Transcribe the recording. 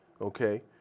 okay